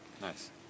Nice